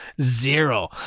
zero